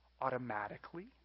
automatically